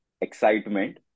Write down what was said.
excitement